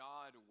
God